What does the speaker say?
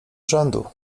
rzędu